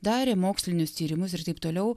darė mokslinius tyrimus ir taip toliau